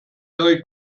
very